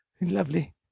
Lovely